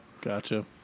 Gotcha